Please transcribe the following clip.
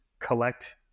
collect